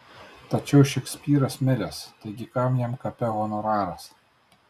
tačiau šekspyras miręs taigi kam jam kape honoraras